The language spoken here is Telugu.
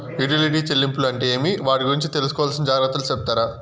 యుటిలిటీ చెల్లింపులు అంటే ఏమి? వాటి గురించి తీసుకోవాల్సిన జాగ్రత్తలు సెప్తారా?